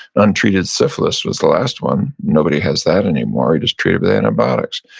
untreated syphilis was the last one, nobody has that anymore, you just treat it with antibiotics.